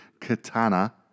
katana